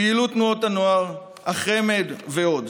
פעילות תנועות הנוער, החמ"ד ועוד.